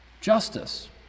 justice